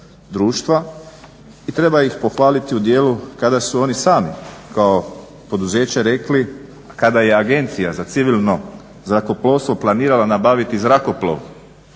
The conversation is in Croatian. I treba ih pohvaliti u dijelu kada su oni sami kao poduzeće rekli, a kada je Agencija za civilno zrakoplovstvo planirala nabaviti zrakoplov